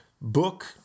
book